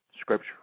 Scripture